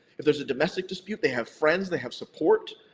if there's a domestic dispute, they have friends, they have support.